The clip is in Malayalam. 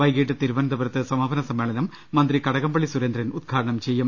വൈകിട്ട് തിരുവനന്തപുരത്ത് സമാപന സമ്മേള്നം മന്ത്രി കടകംപളളി സുരേ ന്ദ്രൻ ഉദ്ഘാടനം ചെയ്യും